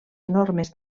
enormes